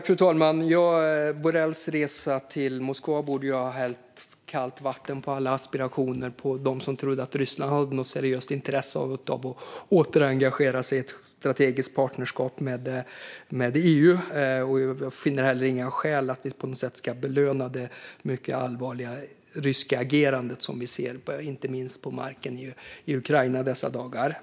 Fru talman! Borrells resa till Moskva borde ju ha hällt kallt vatten på alla aspirationer för dem som trodde att Ryssland hade något seriöst intresse av att återengagera sig i ett strategiskt partnerskap med EU. Jag finner heller inga skäl att belöna det mycket allvarliga ryska agerande som vi ser i dessa dagar, inte minst på marken i Ukraina.